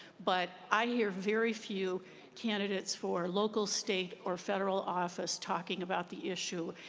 but i hear very few candidates for local, state, or federal office talking about the issue.